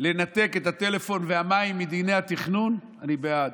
לנתק את הטלפון והמים מדיני התכנון, אני בעד.